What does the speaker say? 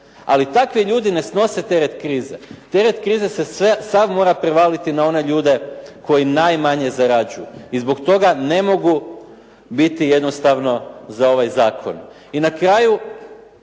Ali takvi ljudi ne snose teret krize. Teret krize se sav mora prevaliti na one ljude koji najmanje zarađuju. I zbog toga ne mogu biti jednostavno za ovaj zakon.